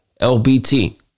LBT